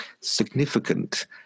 significant